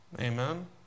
Amen